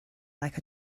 like